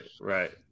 right